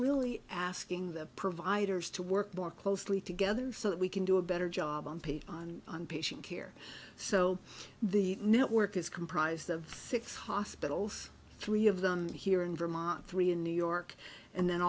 really asking the providers to work more closely together so that we can do a better job on page on patient care so the network is comprised of six hospitals three of them here in vermont three in new york and then